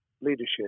leadership